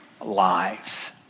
lives